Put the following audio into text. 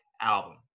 Album